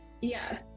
Yes